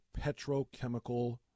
petrochemical